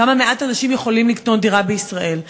אנשים יכולים לקנות דירה בישראל.